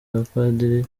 abapadiri